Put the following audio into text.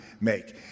make